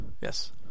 Yes